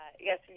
Yes